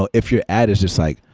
ah if your ad is just like,